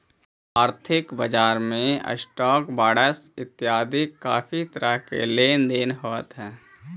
आर्थिक बजार में स्टॉक्स, बॉंडस इतियादी काफी तरह के लेन देन होव हई